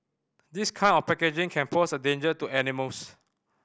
this kind of packaging can pose a danger to animals